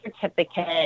certificate